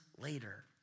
later